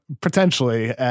Potentially